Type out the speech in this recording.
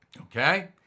Okay